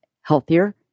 healthier